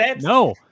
No